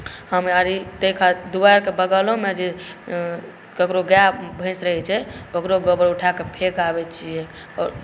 हम आओर ताहि खातिर दुआरिके बगलोमे जे ककरहु गाए भैँस रहैत छै ओकरो गोबर उठा के फेक आबैत छियै आओर